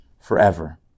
forever